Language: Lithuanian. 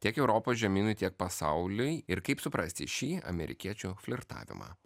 tiek europos žemynui tiek pasauliui ir kaip suprasti šį amerikiečių flirtavimą